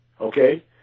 okay